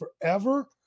forever